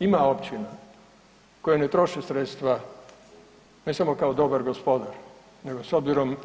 Ima općina koje ne troše sredstva ne samo kao gospodar nego s obzirom